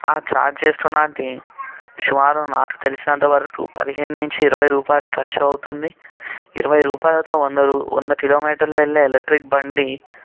ఆ ఛార్జ్ చేస్తున్నట్టే సుమారు నాకు తెలిసినంతవరకు పదిహేను నుంచి ఇరవై రూపాయలు ఖర్చు అవుతుంది ఇరవై రూపాయలతో వందరూ వంద కిలోమీటర్లు వెళ్ళే ఎలక్ట్రిక్ బండి